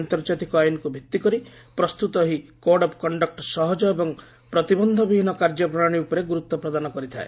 ଆନ୍ତର୍ଜାତିକ ଆଇନ୍କୁ ଭିଭି କରି ପ୍ରସ୍ତୁତ ଏହି କୋଡ୍ ଅଫ୍ କଣ୍ଠକ୍ ସହଜ ଏବଂ ପ୍ରତିବନ୍ଧ ବିହୀନ କାର୍ଯ୍ୟ ପ୍ରଣାଳୀ ଉପରେ ଗୁରୁତ୍ୱ ପ୍ରଦାନ କରିଥାଏ